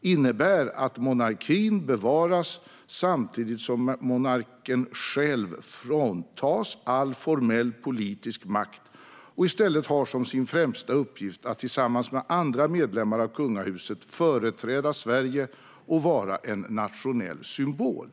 innebär att monarkin bevaras, samtidigt som monarken själv fråntas all formell politisk makt och i stället har som sin främsta uppgift att tillsammans med andra medlemmar av kungahuset företräda Sverige och vara en nationell symbol.